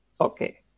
okay